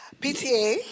PTA